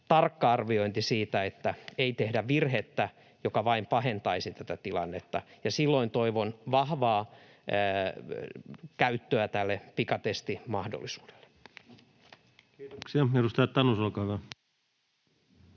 tarkka arviointi siitä, että ei tehdä virhettä, joka vain pahentaisi tätä tilannetta, ja siksi toivon vahvaa käyttöä tälle pikatestimahdollisuudelle. [Speech 212] Speaker: